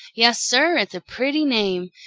yes, sir, it's a pretty name.